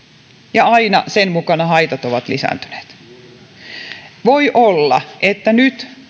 ja aina sen mukana haitat ovat lisääntyneet voi olla että nyt